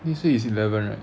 this week is eleven right